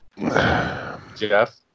Jeff